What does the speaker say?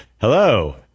hello